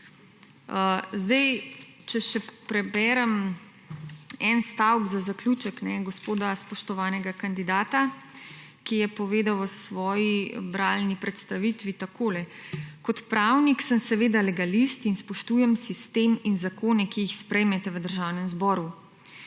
Če še preberem en stavek za zaključek, gospoda spoštovanega kandidata, ki je povedal v svoji bralni predstavitvi takole: »Kot pravnik sem seveda legalist in spoštujem sistem in zakone, ki jih sprejmete v Državnem zboru.